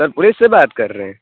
سر police سے بات کر رہے ہیں